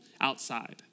outside